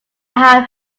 have